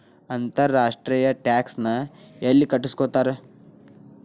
ಅಂತರ್ ರಾಷ್ಟ್ರೇಯ ಟ್ಯಾಕ್ಸ್ ನ ಯೆಲ್ಲಿ ಕಟ್ಟಸ್ಕೊತಾರ್?